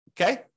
okay